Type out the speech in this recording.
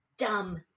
dumb